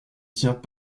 tient